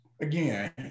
again